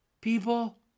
people